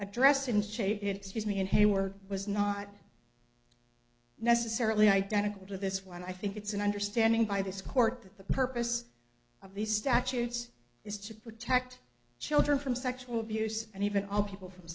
addressed in shape excuse me in hayward was not necessarily identical to this one i think it's an understanding by this court that the purpose of these statutes is to protect children from sexual abuse and even all people from